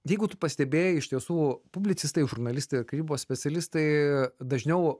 jeigu tu pastebėjai iš tiesų publicistai žurnalistai ir karybos specialistai dažniau